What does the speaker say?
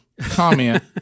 comment